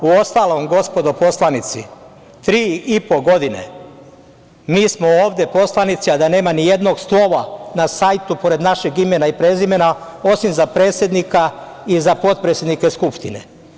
Uostalom, gospodo poslanici, tri i po godine mi smo ovde poslanici a da nema nijednog slova na sajtu pored našeg imena i prezimena, osim za predsednika i za potpredsednike Skupštine.